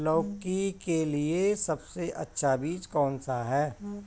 लौकी के लिए सबसे अच्छा बीज कौन सा है?